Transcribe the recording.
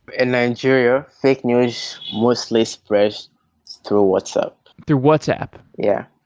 in nigeria, fake news mostly spreads through whatsapp through whatsapp? yeah.